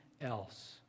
else